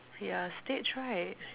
yeah States right